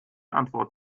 antwort